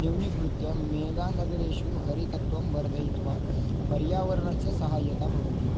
न्यूनीकृत्य मेगानगरेषु हरितत्वं वर्धयित्वा पर्यावरणस्य सहायता भवति